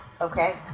okay